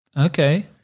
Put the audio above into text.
Okay